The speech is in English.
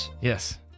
Yes